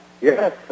Yes